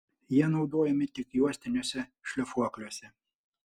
jie naudojami tik juostiniuose šlifuokliuose